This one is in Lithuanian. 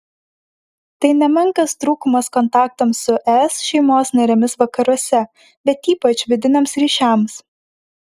tai nemenkas trūkumas kontaktams su es šeimos narėmis vakaruose bet ypač vidiniams ryšiams